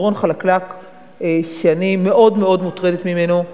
מדרון חלקלק שאני מאוד מאוד מוטרדת ממנו,